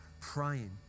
praying